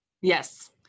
Yes